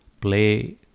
play